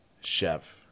chef